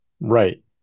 right